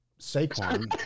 Saquon